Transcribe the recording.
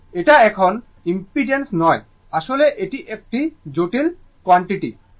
এটা কোন ইম্পিডেন্স নয় আসলে এটি একটি জটিল কোয়ান্টিটি